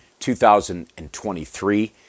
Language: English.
2023